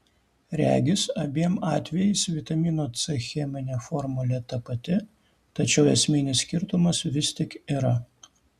regis abiem atvejais vitamino c cheminė formulė ta pati tačiau esminis skirtumas vis tik yra